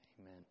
Amen